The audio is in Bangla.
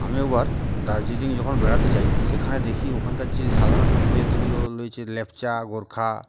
আমি এবার দার্জিলিং যখন বেড়াতে চাই সেখানে দেখি ওখানকার যে সাধারণ যে উপজাতিগুলো রয়েছে লেপচা গোরখা